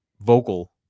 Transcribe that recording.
vocal